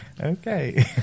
Okay